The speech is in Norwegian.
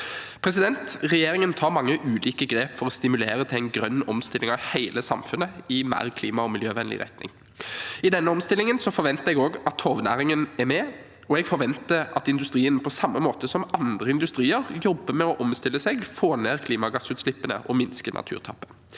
ødelagt. Regjeringen tar mange ulike grep for å stimulere til en grønn omstilling av hele samfunnet i en mer klimaog miljøvennlig retning. I denne omstillingen forventer jeg at torvnæringen er med, og jeg forventer at torvindustrien, på samme måte som andre industrier, jobber med å omstille seg, få ned klimagassutslippene og minske naturtapet.